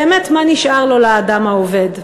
באמת, מה נשאר לו לאדם העובד?